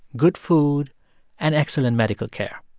good food and excellent medical care.